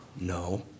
No